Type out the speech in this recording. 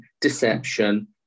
deception